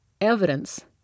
evidence